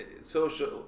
social